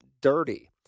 dirty